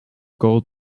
gold